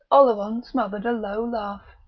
oleron smothered a low laugh.